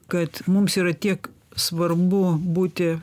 kad mums yra tiek svarbu būti